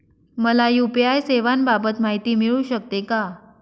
मला यू.पी.आय सेवांबाबत माहिती मिळू शकते का?